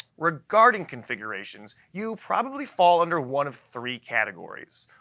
regarding configurations, you probably fall under one of three categories.